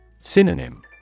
Synonym